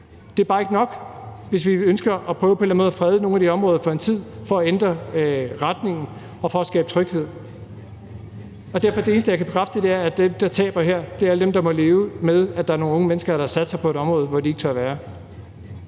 Det er bare ikke nok, hvis vi på en eller anden måde ønsker at prøve på at frede nogle af de her områder for en tid for at ændre retningen og for at skabe tryghed. Derfor er det eneste, jeg kan bekræfte, at dem, der taber her, er alle dem, der må leve med, at der er nogle unge mennesker, der har sat sig på et område, hvor de ikke tør være.